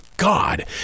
god